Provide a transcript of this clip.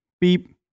beep